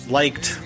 liked